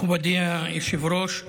מכובדי היושב-ראש,